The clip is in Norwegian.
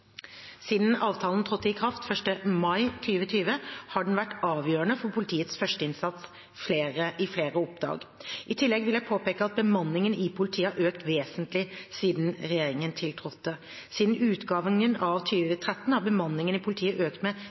Siden avtalen trådte i kraft 1. mai 2020, har den vært avgjørende for politiets førsteinnsats i flere oppdrag. I tillegg vil jeg påpeke at bemanningen i politiet har økt vesentlig siden regjeringen tiltrådte. Siden utgangen av 2013 har bemanningen i politiet økt med